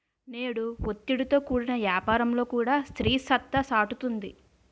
నేడు ఒత్తిడితో కూడిన యాపారంలో కూడా స్త్రీ సత్తా సాటుతుంది